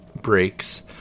breaks